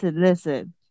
listen